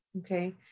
Okay